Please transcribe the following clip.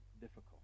difficult